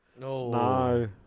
No